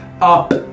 up